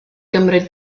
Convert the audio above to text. gymryd